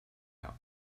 out